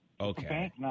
Okay